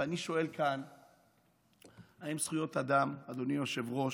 ואני שואל כאן האם זכויות אדם, אדוני היושב-ראש,